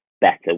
better